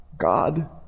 God